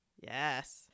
yes